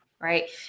Right